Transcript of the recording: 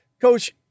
Coach